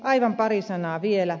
aivan pari sanaa vielä